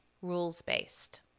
rules-based